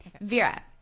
Vera